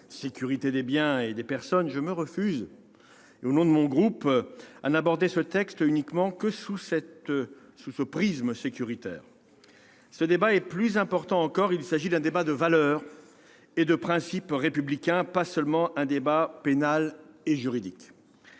sécurité des biens et des personnes. Pour ma part, je me refuse, au nom de mon groupe, à aborder ce texte uniquement sous ce prisme sécuritaire. Ce débat est plus important encore, car il s'agit d'un débat de valeurs et de principes républicains, et non pas seulement d'un débat pénal et juridique.